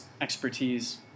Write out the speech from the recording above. expertise